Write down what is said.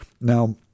Now